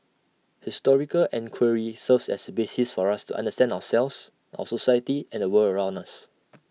historical enquiry serves as A basis for us to understand ourselves our society and the world around us